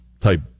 type